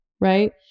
right